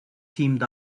teamed